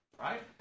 right